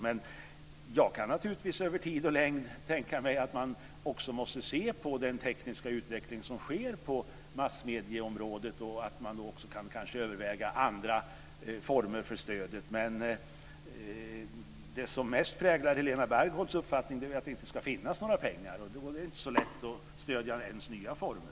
Men jag kan naturligtvis över tid och längd tänka mig att man också måste se på den tekniska utveckling som sker på massmedieområdet och att man då också kanske kan överväga andra former för stödet. Men det som mest präglar Helena Bargholtz uppfattning är ju att det inte ska finnas några pengar, och då är det inte så lätt att stödja hennes nya former.